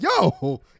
yo